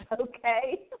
okay